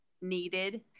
needed